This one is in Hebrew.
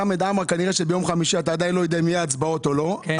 לחמד עמאר שאתה לא יודע אם ביום חמישי יהיו הצבעות או לא --- כן,